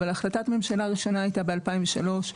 אבל החלטת הממשלה הייתה ב- 2003,